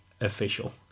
official